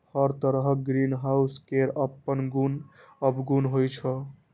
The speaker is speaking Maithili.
हर तरहक ग्रीनहाउस केर अपन गुण अवगुण होइ छै